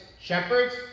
Shepherds